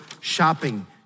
shopping